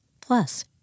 Plus